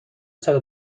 صدو